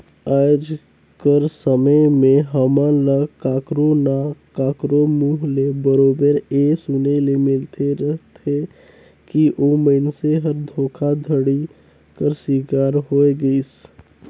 आएज कर समे में हमन ल काकरो ना काकरो मुंह ले बरोबेर ए सुने ले मिलते रहथे कि मइनसे हर धोखाघड़ी कर सिकार होए गइस